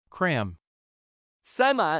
Cram